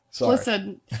listen